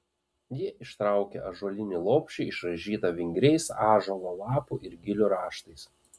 ji ištraukė ąžuolinį lopšį išraižytą vingriais ąžuolo lapų ir gilių raštais